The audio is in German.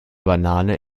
banane